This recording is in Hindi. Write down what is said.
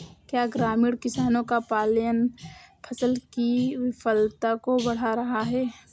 क्या ग्रामीण किसानों का पलायन फसल की विफलता को बढ़ा रहा है?